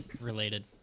related